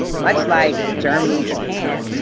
much like germany, japan,